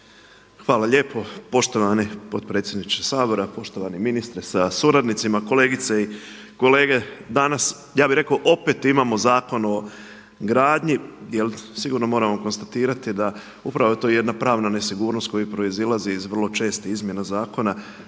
Hvala lijepo. Poštovani potpredsjedniče Sabora, poštovani ministre sa suradnicima, kolegice i kolege. Danas ja bi rekao opet imamo Zakon o gradnji jel sigurno moramo konstatirati da upravo ta jedna pravna nesigurnost koja proizilazi iz vrlo čestih izmjena zakona,